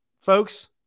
Folks